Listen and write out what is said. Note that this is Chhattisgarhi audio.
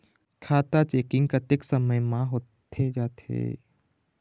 खाता चेकिंग कतेक समय म होथे जाथे?